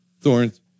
thorns